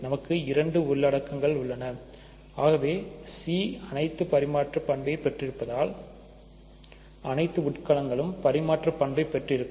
நமக்கு இரண்டு உள்ளடக்கங்கள் உள்ளன C அனைத்து பரிமாற்று பணப்பை பெற்றிருப்பதால்அனைத்து உட்கணங்களும் பரிமாற்று பணப்பை பெற்றிருக்கும்